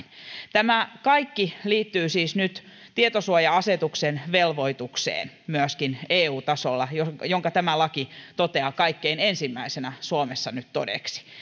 tämä kaikki liittyy siis nyt tietosuoja asetuksen velvoitukseen myöskin eu tasolla minkä tämä laki toteaa kaikkein ensimmäisenä suomessa nyt todeksi